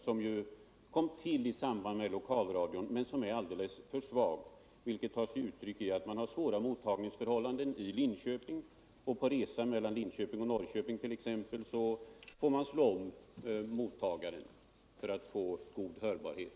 Den kom till i samband med lokalradion, men är alldeles för svag, vilket tar sig uttryck i att man har svåra mottagningstförhållanden i Linköping — på en resa mellan exempelvis Linköping och Norrköping får man slå om mottagaren för att få god hörbarhet.